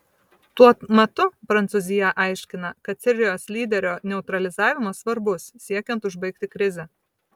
tuo metu prancūzija aiškina kad sirijos lyderio neutralizavimas svarbus siekiant užbaigti krizę